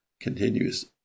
continues